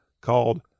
called